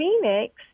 Phoenix